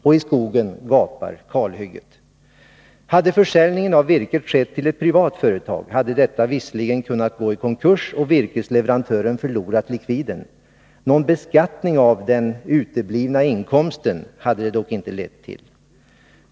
Och i skogen gapar kalhygget. Hade försäljningen av virket skett till ett privat företag, hade detta visserligen kunnat gå i konkurs och virkesleverantören förlorat likviden. Men någon beskattning av den uteblivna inkomsten hade det dock inte lett till.